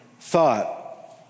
thought